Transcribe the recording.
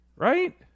Right